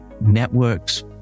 networks